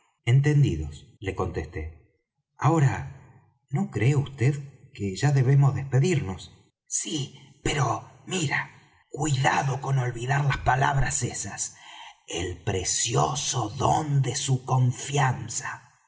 entendidos le contesté ahora no cree vd que ya debemos despedirnos sí pero mira cuidado con olvidar las palabras esas el precioso don de su confianza